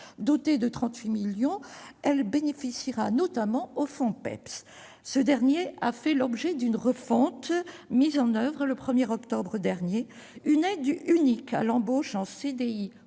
Dotée de 38 millions d'euros, elle bénéficiera notamment au Fonpeps. Celui-ci a fait l'objet d'une refonte, mise en oeuvre le 1 octobre dernier : une aide unique à l'embauche en CDI